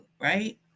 right